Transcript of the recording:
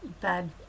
bad